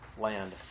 land